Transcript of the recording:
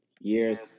years